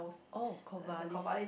oh Corvallis